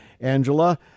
angela